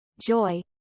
joy